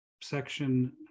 section